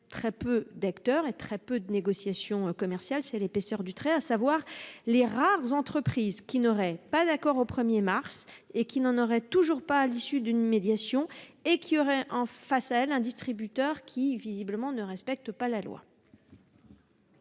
très peu d'acteurs et de négociations commerciales : c'est l'épaisseur du trait, à savoir les rares entreprises qui n'auraient pas conclu d'accord au 1 mars, qui n'en auraient toujours pas trouvé à l'issue d'une médiation et qui auraient face à elles un distributeur qui, visiblement, ne respecte pas la loi.